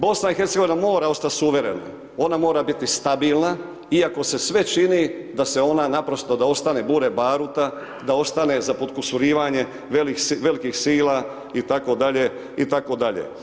BiH mora ostat suverena, ona mora biti stabilna iako se sve čini da se ona naprosto da ostane bure baruta, da ostane za potkusurivanje velikih sila itd., itd.